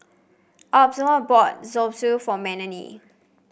Osborne bought Zosui for Melanie